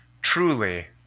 Truly